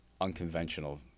unconventional